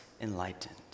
enlightened